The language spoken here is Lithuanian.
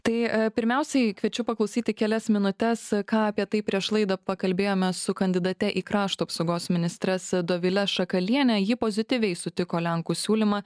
tai pirmiausiai kviečiu paklausyti kelias minutes ką apie tai prieš laidą pakalbėjome su kandidate į krašto apsaugos ministres dovile šakaliene ji pozityviai sutiko lenkų siūlymą